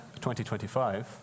2025